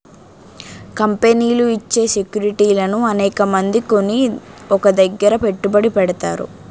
కంపెనీలు ఇచ్చే సెక్యూరిటీలను అనేకమంది కొని ఒక దగ్గర పెట్టుబడి పెడతారు